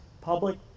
public